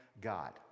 god